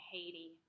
Haiti